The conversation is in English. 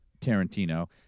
Tarantino